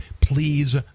please